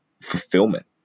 fulfillment